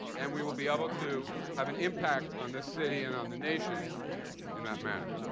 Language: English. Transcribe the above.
and we will be able to have an impact on this city and on the nation in that manner.